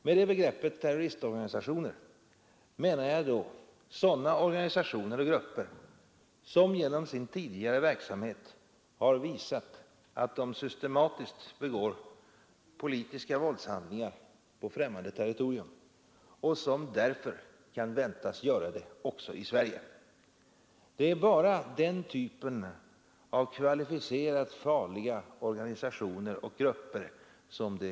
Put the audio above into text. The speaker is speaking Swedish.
Med begreppet terroristorganisationer menar jag då sådana organisationer och grupper som genom sin tidigare verksamhet har visat att de systematiskt begår politiska våldshandlingar på främmande territorium och som därför kan väntas göra det också i Sverige. Det är alltså här fråga om bara denna typ av kvalificerat farliga organisationer och grupper.